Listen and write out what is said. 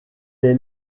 est